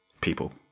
people